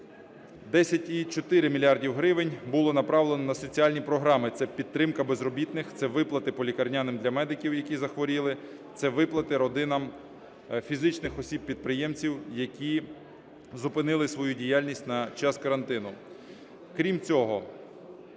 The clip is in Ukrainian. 10,4 мільярда гривень було направлено на соціальні програми: це підтримка безробітних, це виплати по лікарняним для медиків, які захворіли, це виплати родинам фізичних осіб-підприємців, які зупинили свою діяльність на час карантину.